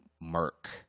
murk